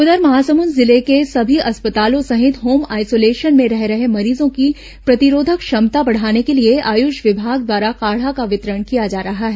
उंधर महासमुद जिले के सभी अस्पतालों सहित होम आइसोलेशन में रह रहे मरीजों की प्रतिरोधक क्षमता बढ़ाने के लिए आयुष विभाग द्वारा काढ़ा का वितरण किया जा रहा है